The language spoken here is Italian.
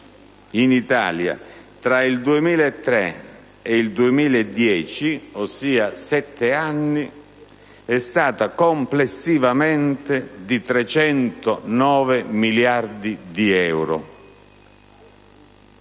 in Italia tra il 2003 e il 2010, ossia sette anni, è stata complessivamente di 309 miliardi di euro.